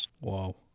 Wow